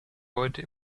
heute